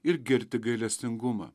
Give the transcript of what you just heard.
ir girti gailestingumą